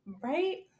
Right